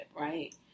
right